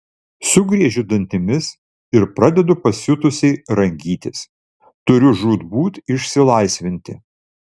sugriežiu dantimis ir pradedu pasiutusiai rangytis turiu žūtbūt išsilaisvinti